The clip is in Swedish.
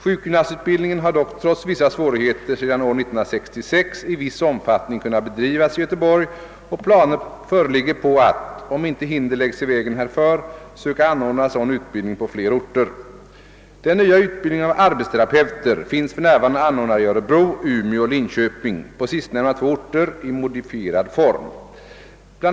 Sjukgymnastutbildning har dock trots vissa svårigheter sedan år 1966 i viss omfattning kunnat bedrivas i Göteborg, och planer föreligger på att, om inte hinder läggs i vägen härför, söka anordna sådan utbildning på fler orter. Den nya utbildningen av arbetsterapeuter finns för närvarande anordnad i örebro, Umeå och Linköping — på sistnämnda två orter i modifierad form. Bl.